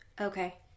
Okay